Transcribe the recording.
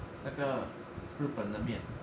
那个日本的面